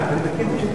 ואני מכיר,